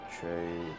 trade